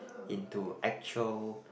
into actual